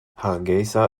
hargeysa